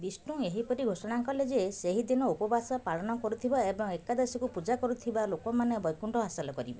ବିଷ୍ଣୁ ଏହିପରି ଘୋଷଣା କଲେ ଯେ ସେହି ଦିନ ଉପବାସ ପାଳନ କରୁଥିବା ଏବଂ ଏକାଦଶୀଙ୍କୁ ପୂଜା କରୁଥିବା ଲୋକମାନେ ବୈକୁଣ୍ଠ ହାସଲ କରିବେ